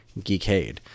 geekade